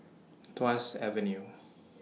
Tuas Avenue